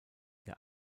der